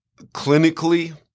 clinically